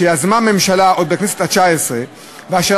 שיזמה הממשלה עוד בכנסת התשע-עשרה ואשר